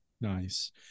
Nice